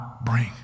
bring